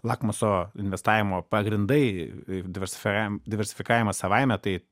lakmuso investavimo pagrindai diversi diversifikavimą savaime tai